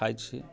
खाइ छी